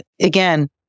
again